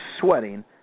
sweating